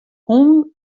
hûnen